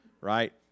right